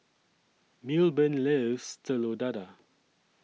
Milburn loves Telur Dadah